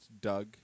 Doug